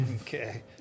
Okay